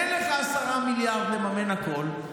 אין לך 10 מיליארד לממן הכול,